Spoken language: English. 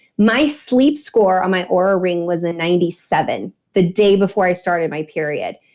my sleep score on my aura ring was in ninety seven the day before i started my period.